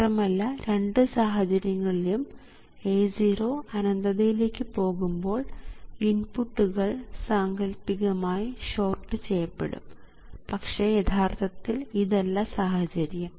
മാത്രമല്ല രണ്ട് സാഹചര്യങ്ങളിലും A0 അനന്തതയിലേക്ക് പോകുമ്പോൾ ഇൻപുട്ടുകൾ സാങ്കൽപ്പികമായി ഷോർട്ട് ചെയ്യപ്പെടും പക്ഷേ യഥാർത്ഥത്തിൽ ഇതല്ല സാഹചര്യം